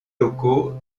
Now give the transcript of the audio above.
locaux